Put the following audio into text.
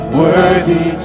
worthy